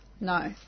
No